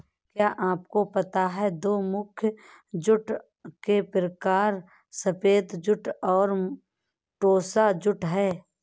क्या आपको पता है दो मुख्य जूट के प्रकार सफ़ेद जूट और टोसा जूट है